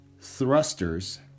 thrusters